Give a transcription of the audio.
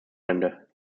wochenende